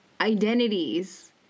identities